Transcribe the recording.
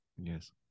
Yes